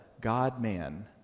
God-man